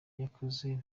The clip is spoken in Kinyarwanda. yakoze